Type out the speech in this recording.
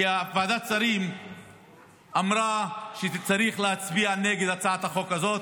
כי ועדת השרים אמרה שצריך להצביע נגד הצעת החוק הזאת,